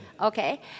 Okay